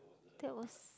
that was